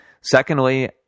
Secondly